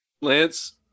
lance